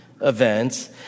events